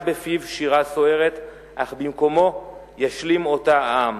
בפיו שירה סוערת.../ אך במקומו ישלים אותה העם!"